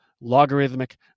logarithmic